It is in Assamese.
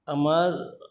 আমাৰ